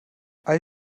all